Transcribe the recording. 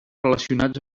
relacionats